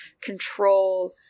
control